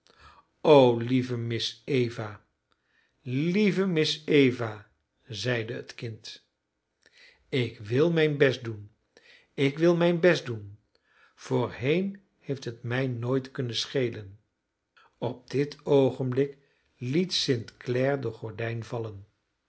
o lieve miss eva lieve miss eva zeide het kind ik wil mijn best doen ik wil mijn best doen voorheen heeft het mij nooit kunnen schelen op dit oogenblik liet st clare de gordijn vallen